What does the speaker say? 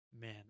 Man